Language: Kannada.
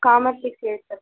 ಕಾಮರ್ಸಿಗೆ ಕೇಳ್ತಾ